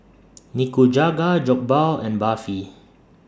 Nikujaga Jokbal and Barfi